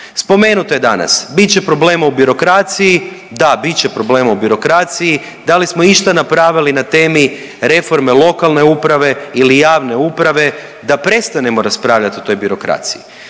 Spomenuto je danas bit će problema u birokraciji, da bit će problema u birokraciji. Da li smo išta napravili na temi reforme lokalne uprave ili javne uprave da prestanemo raspravljat o toj birokraciji?